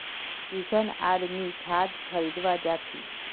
किशन आर मी खाद खरीवा जा छी